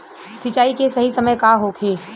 सिंचाई के सही समय का होखे?